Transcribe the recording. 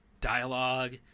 dialogue